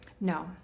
No